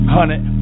Hundred